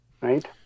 right